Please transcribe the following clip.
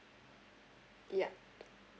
ya